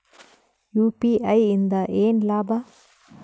UPI ಇಂದ ಏನ್ ಲಾಭ?